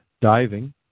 diving